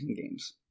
games